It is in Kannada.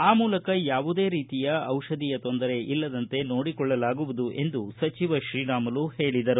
ಆ ಮೂಲಕ ಯಾವುದೇ ರೀತಿಯ ಔಷಧಿ ತೊಂದರೆ ಇಲ್ಲದಂತೆ ನೋಡಿಕೊಳ್ಳಲಾಗುವುದು ಎಂದು ಸಚಿವ ಶ್ರೀರಾಮುಲು ಹೇಳಿದರು